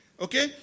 Okay